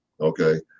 Okay